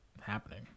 happening